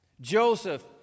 Joseph